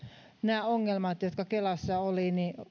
näiden ongelmien jotka kelassa olivat